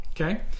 okay